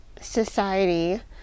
society